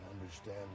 understand